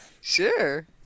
sure